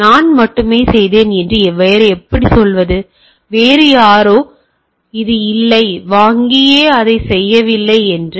எனவே நான் மட்டுமே செய்தேன் என்று வேறு எப்படி சொல்வது வேறு யாரோ இது இல்லை வங்கியே அதைச் செய்யவில்லை என்று